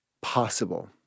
possible